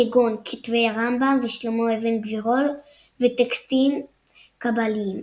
כגון כתבי הרמב"ם ושלמה אבן גבירול וטקסטים קבליים.